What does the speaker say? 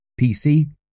PC